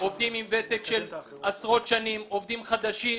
עובדים עם ותק של עשרות שנים, עובדים חדשים.